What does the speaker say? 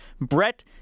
brett